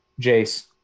Jace